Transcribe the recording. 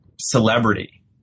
celebrity